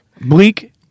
Bleak